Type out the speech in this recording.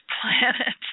planet